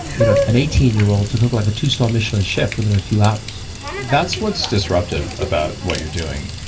you know an eighteen year old to cook like a two star michelin chef within a few hours that's what's disruptive about what you're doing.